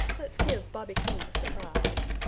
let's give bobby coon a surprise,